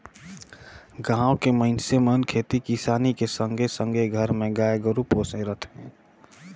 गाँव के मइनसे मन खेती किसानी के संघे संघे घर मे गाय गोरु पोसे रथें